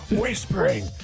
whispering